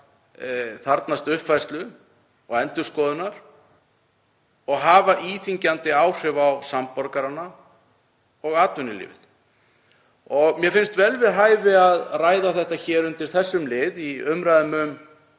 þarfnast uppfærslu og endurskoðunar og hafa íþyngjandi áhrif á samborgarana og atvinnulífið. Mér finnst vel við hæfi að ræða þetta undir þessum lið, í umræðum um